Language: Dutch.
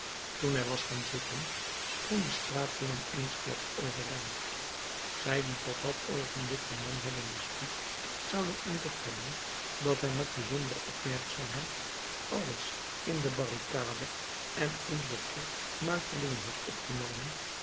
toen hij was gaan zitten sprong de straatjongen eensklaps overeind zij die tot dat oogenblik den man hadden bespied zouden ontdekt hebben dat hij met bijzondere opmerkzaamheid alles in de barricade en in den troep muitelingen had opgenomen